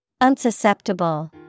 Unsusceptible